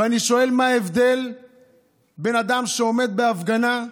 ואני שואל מה ההבדל בין אדם שעומד בהפגנה,